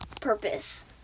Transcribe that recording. purpose